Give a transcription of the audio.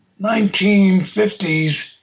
1950s